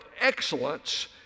excellence